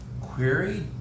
query